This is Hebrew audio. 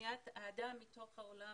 בניית האדם מתוך העולם